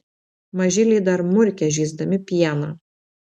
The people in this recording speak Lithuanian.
mažyliai dar murkia žįsdami pieną